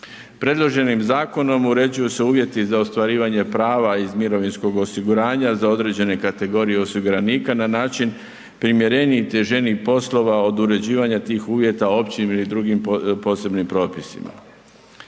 Predloženim zakonom uređuju se uvjeti za ostvarivanje prava iz mirovinskog osiguranja za određene kategorije osiguranika na način primjereniji .../Govornik se ne razumije./... poslova od određivanja tih uvjeta općim ili drugim posebnim propisima.